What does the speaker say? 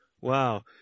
Wow